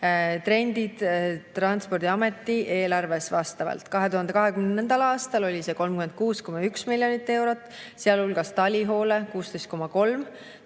trendid Transpordiameti eelarves. Vastavalt 2020. aastal oli see 36,1 miljonit eurot, sealhulgas talihoole 16,3